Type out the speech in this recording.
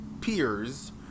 peers